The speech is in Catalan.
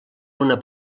una